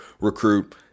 recruit